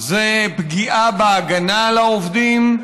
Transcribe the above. זו פגיעה בהגנה על העובדים.